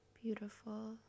Beautiful